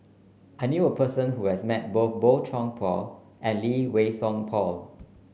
I knew a person who has met both Boey Chuan Poh and Lee Wei Song Paul